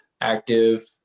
active